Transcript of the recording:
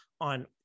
on